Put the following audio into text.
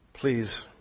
Please